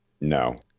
No